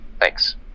Thanks